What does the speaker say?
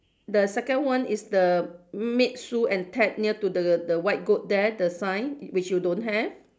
the second one is the meet Sue and Ted near to the the the white goat there the sign which you don't have